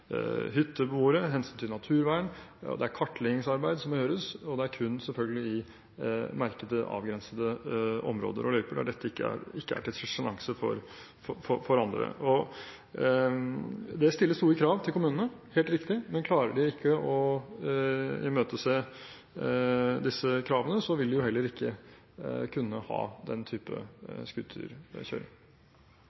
hensyn til hytteboere, hensyn til naturvern, det er kartleggingsarbeid som må gjøres, og det bør selvfølgelig kun skje i merkede, avgrensede områder og løyper der dette ikke er til sjenanse for andre. Det stiller store krav til kommunene – helt riktig. Men klarer de ikke å imøtese disse kravene, vil de jo heller ikke kunne ha den type